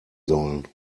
sollen